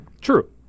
true